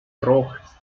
rojas